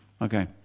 Okay